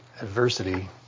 adversity